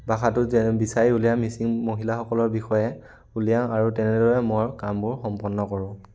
ভাষাটো যে বিচাৰি উলিয়াই মিচিং মহিলাসকলৰ বিষয়ে উলিয়াওঁ আৰু তেনেদৰে মই কামবোৰ সম্পন্ন কৰোঁ